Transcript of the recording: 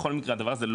בכל מקרה הדבר הזה,